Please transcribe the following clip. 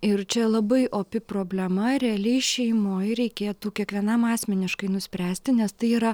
ir čia labai opi problema realiai šeimoj reikėtų kiekvienam asmeniškai nuspręsti nes tai yra